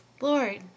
Lord